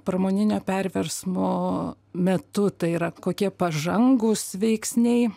pramoninio perversmo metu tai yra kokie pažangūs veiksniai